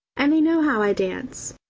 and they know how i dance.